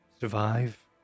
Survive